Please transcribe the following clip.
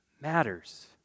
matters